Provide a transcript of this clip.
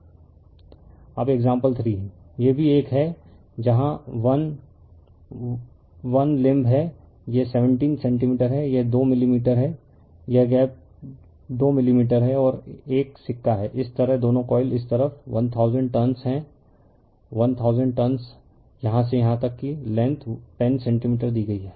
refer slide time 1800 अब example 3 यह भी एक है जहां 11 लिंब है यह 17 सेंटीमीटर है यह 2 मिलीमीटर है यह गैप 2 मिलीमीटर है और 1 सिक्का है इस तरह दोनों कॉइल इस तरफ 1000 टर्नस हैं 1000 टर्नस यहाँ से यहाँ तक की लेंग्थ 10 सेंटीमीटर दी गई है